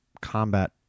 combat